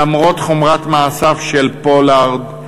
למרות חומרת מעשיו של פולארד,